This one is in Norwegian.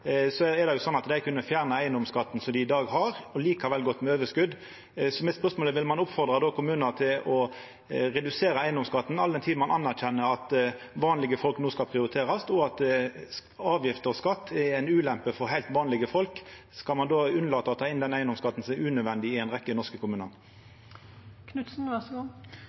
er det sånn at dei kunne ha fjerna eigedomsskatten dei i dag har, og likevel gått med overskot. Mitt spørsmål er: Vil ein oppmoda kommunar til å redusera eigedomsskatten, all den tid ein anerkjenner at vanlege folk no skal prioriterast, og at avgifter og skatt er ei ulempe for heilt vanlege folk? Skal ein då unnlata å ta inn eigedomsskatten, som er unødvendig i ei rekkje norske